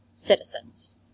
citizens